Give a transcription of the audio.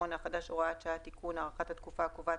הקורונה החדש הוראת שעה תיקון) (הארכת התקופה הקובעת),